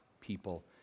people